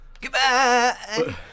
goodbye